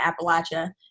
Appalachia